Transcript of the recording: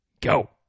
go